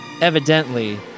evidently